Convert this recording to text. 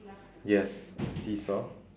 yes a seesaw